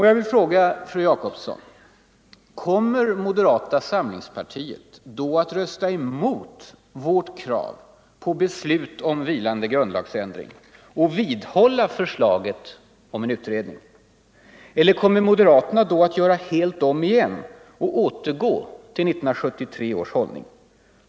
Jag vill fråga fru Jacobsson: Kommer moderata samlingspartiet då att rösta emot vårt krav på beslut om vilande grundlagsändring och vidhålla förslaget om en utredning? Eller kommer moderaterna att göra helt om igen och återgå till 1973 års hållning?